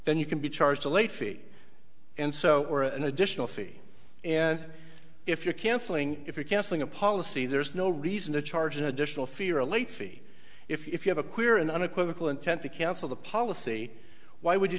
then you can be charged a late fee and so for an additional fee and if you're cancelling if you're canceling a policy there's no reason to charge an additional fee or a late fee if you have a clear and unequivocal intent to cancel the policy why would you